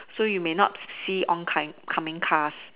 so you may not see on coming cars